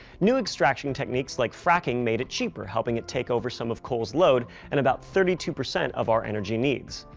new extraction techniques like fracking made it cheaper, helping it take over some of coal's load and about thirty two percent of our energy needs.